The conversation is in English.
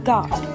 God